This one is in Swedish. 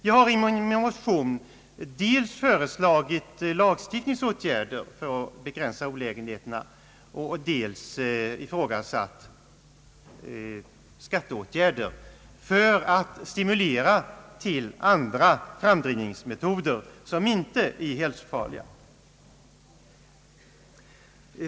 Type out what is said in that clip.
Jag har i min motion dels föreslagit lagstiftningsåtgärder för att begränsa olägenheterna, dels ifrågasatt skatteåtgärder för att stimulera till andra framdrivningsmetoder, som inte är hälsofarliga.